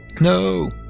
No